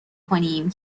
کنیم